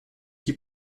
qui